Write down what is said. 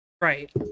Right